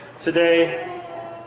today